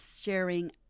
sharing